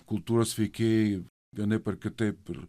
kultūros veikėjai vienaip ar kitaip